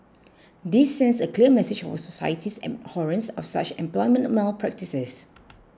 this sends a clear message of our society's abhorrence of such employment malpractices